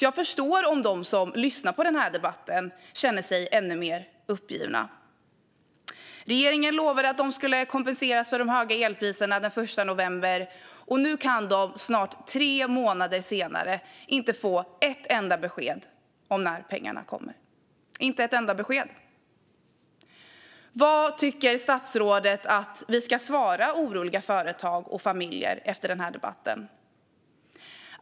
Jag förstår om de som lyssnar till debatten känner sig ännu mer uppgivna. Regeringen lovade att de skulle kompenseras för de höga elpriserna den 1 november, och nu kan de snart tre månader senare inte få ett enda besked om när pengarna kommer. Vad tycker statsrådet att vi ska svara oroliga företag och familjer efter den här debatten?